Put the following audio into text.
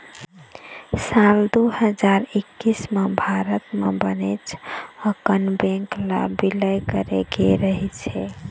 साल दू हजार एक्कइस म भारत म बनेच अकन बेंक ल बिलय करे गे रहिस हे